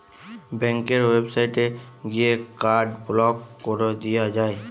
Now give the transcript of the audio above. ব্যাংকের ওয়েবসাইটে গিয়ে কার্ড ব্লক কোরে দিয়া যায়